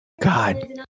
God